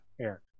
air